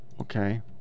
okay